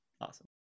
Awesome